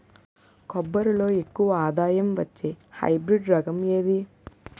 కొబ్బరి లో ఎక్కువ ఆదాయం వచ్చే హైబ్రిడ్ రకం ఏది?